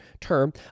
term